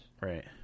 right